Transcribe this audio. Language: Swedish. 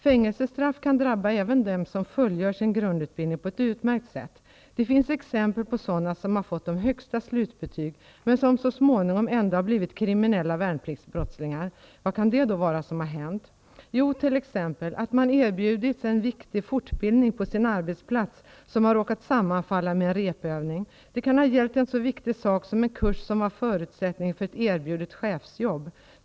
Fängelsestraff kan drabba även dem som fullgör sin grundutbildning på ett utmärkt sätt. Det finns exempel på sådana som har fått högsta slutbetyg, men som så småningom ändå har blivit kriminella värnpliktsbrottslingar. Vad kan det då vara som har hänt? Jo, t.ex. att man har erbjudits en viktig fortbildning på sin arbetsplats, en fortbildning som har råkat sammanfalla med en repetitionsövning. Det kan ha gällt åt en så viktig sak som en kurs som var förutsättning för ett erbjudet chefsarbete.